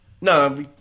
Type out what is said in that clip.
No